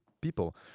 people